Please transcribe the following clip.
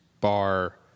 bar